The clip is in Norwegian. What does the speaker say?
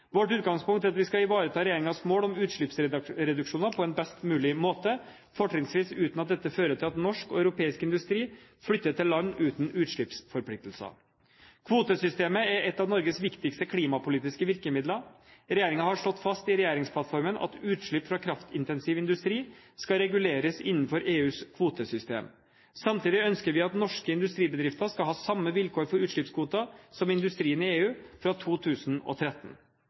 Vårt utgangspunkt er at vi skal ivareta regjeringens mål om utslippsreduksjoner på en best mulig måte, fortrinnsvis uten at dette fører til at norsk og europeisk industri flytter til land uten utslippsforpliktelser. Kvotesystemet er et av Norges viktigste klimapolitiske virkemidler. Regjeringen har slått fast i regjeringsplattformen at utslipp fra kraftintensiv industri skal reguleres innenfor EUs kvotesystem. Samtidig ønsker vi at norske industribedrifter skal ha samme vilkår for utslippskvoter som industrien i EU fra 2013.